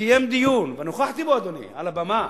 קיים דיון, ונכחתי בו, אדוני, על הבמה,